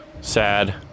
Sad